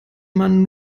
man